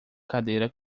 cadeira